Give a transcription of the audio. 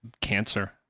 cancer